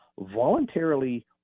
voluntarily